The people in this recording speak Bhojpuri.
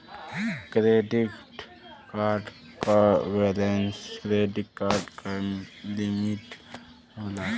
क्रेडिट कार्ड क बैलेंस क्रेडिट कार्ड क लिमिट होला